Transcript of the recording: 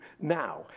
now